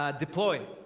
ah deploy